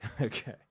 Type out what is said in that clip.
Okay